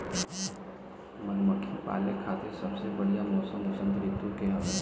मधुमक्खी पाले खातिर सबसे बढ़िया मौसम वसंत ऋतू के हवे